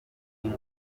zose